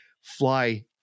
fly